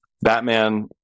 Batman